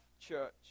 church